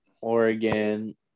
Oregon